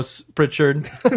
Pritchard